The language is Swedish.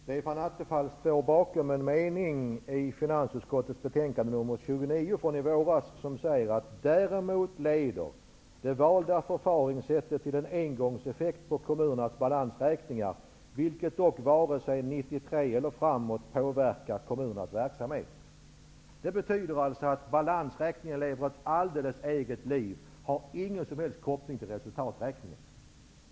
Herr talman! Stefan Attefall står bakom en mening i finansutskottets betänkande 29, från i våras, som lyder: Däremot leder det valda förfaringssättet till en engångseffekt på kommunernas balansräkningar, vilket dock vare sig 1993 eller framåt påverkar kommunernas verksamhet. Det betyder alltså att balansräkningen lever ett alldeles eget liv. Den har ingen som helst koppling till resultaträkningen.